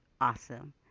awesome